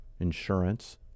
insurance